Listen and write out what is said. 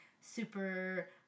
super